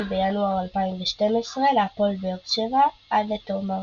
בינואר 2012 להפועל באר שבע עד לתום העונה.